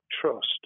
trust